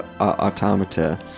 Automata